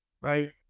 right